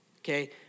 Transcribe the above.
okay